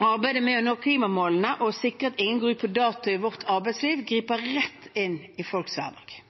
Arbeidet med å nå klimamålene og å sikre at ingen går ut på dato i vårt arbeidsliv, griper rett inn i folks hverdag.